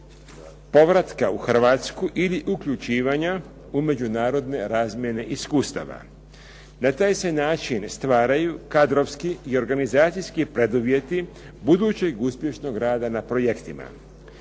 povratka u Hrvatsku ili uključivanja u međunarodne razmjene iskustava. Na taj se način stvaraju kadrovski i organizacijski preduvjeti budućeg uspješnog rada na projektima.